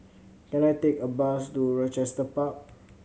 can I take a bus to Rochester Park